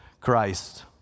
Christ